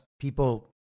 people